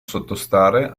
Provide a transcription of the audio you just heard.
sottostare